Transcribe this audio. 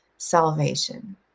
Salvation